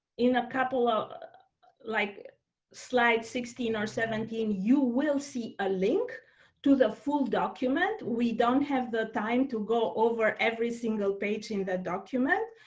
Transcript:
in a couple of like slide sixteen or seventeen you will see a link to the full document. we don't have the time to go over every single page in the document,